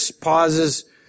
pauses